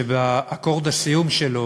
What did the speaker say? כשבאקורד הסיום שלו